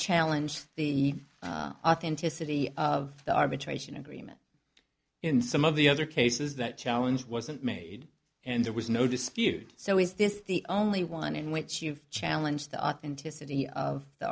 challenge the authenticity of the arbitration agreement in some of the other cases that challenge wasn't made and there was no dispute so is this the only one in which you challenge the authenticity of the